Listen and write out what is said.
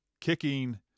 kicking